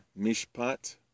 Mishpat